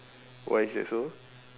why is that so